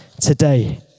today